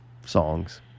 songs